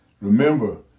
remember